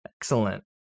Excellent